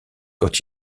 quand